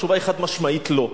התשובה היא חד-משמעית, לא.